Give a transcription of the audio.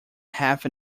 half